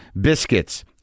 Biscuits